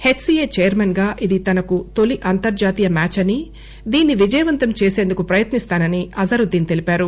H C A chairman గా ఇది తనకు తొలీ అంతర్హాతీయ మ్యాచ్ అని దీన్ని విజయవంతం చేసేందుకు ప్రయత్నిస్తానని అజారుద్దీస్ తెలిపారు